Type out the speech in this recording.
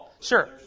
Sure